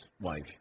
wife